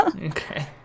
Okay